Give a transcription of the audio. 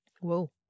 Whoa